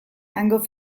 hango